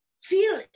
feel